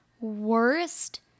Worst